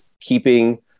keeping